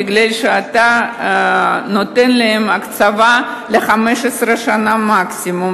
מפני שאתה נותן להם הקצבה ל-15 שנה מקסימום.